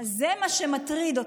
זה מה שמטריד אותך.